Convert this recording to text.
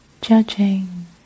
judging